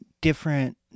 different